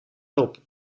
hulp